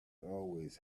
always